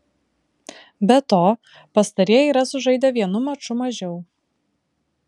be to pastarieji yra sužaidę vienu maču mažiau